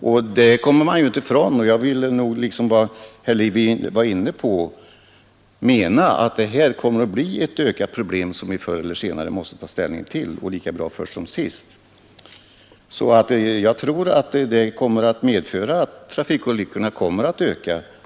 Liksom herr Levin vill jag nog mena att detta problem måste vi förr eller senare ta hänsyn till och lika bra först som sist. Jag tror att trafikolyckorna annars kommer att öka.